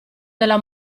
della